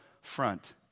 front